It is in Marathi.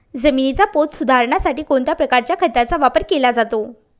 जमिनीचा पोत सुधारण्यासाठी कोणत्या प्रकारच्या खताचा वापर केला जातो?